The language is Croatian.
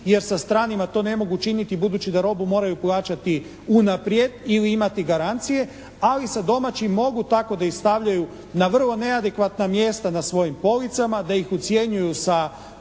jer sa stranima to ne mogu činiti budući da robu moraju plaćati unaprijed ili imate garancije, ali sa domaćima mogu tako da ih stavljaju na vrlo neadekvatna mjesta na svojim policama, da ih ucjenjuju sa cijenama,